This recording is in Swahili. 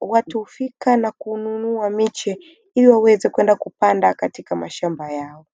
watu hufika na kununua miche ili waweze kwenda kupanda katika mashamba yao.